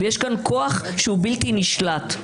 ויש כאן כוח שהוא בלתי נשלט.